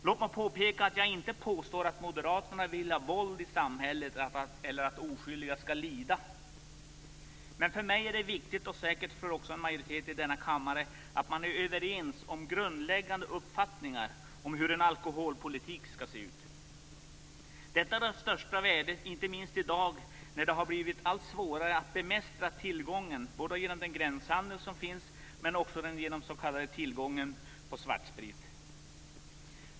Låt mig påpeka att jag inte påstår att moderaterna vill ha våld i samhället eller att oskyldiga skall lida, men det är för mig och säkerligen också för en majoritet i denna kammare viktigt att vi är överens om grundläggande uppfattningar om hur en alkoholpolitik skall se ut. Detta är av största värde inte minst i dag, när det har blivit allt svårare att kontrollera tillförseln både genom den gränshandel som finns och genom tillgången till s.k. svartsprit.